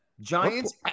Giants